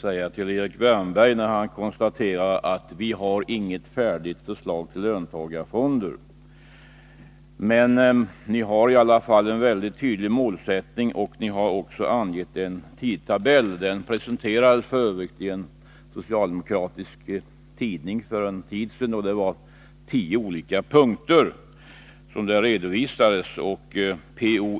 säga några ord till Erik Wärnberg, när han konstaterar: Vi har inget färdigt förslag till löntagarfonder.— Men ni har i alla fall en mycket tydlig målsättning, och ni har också angett en tidtabell. Den presenterades f. ö. i en socialdemokratisk tidning för en tid sedan, och tio olika punkter redovisades. P.-O.